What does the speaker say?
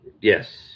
Yes